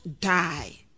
die